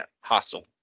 Hostel